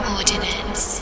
Ordinance